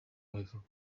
babivuga